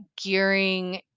gearing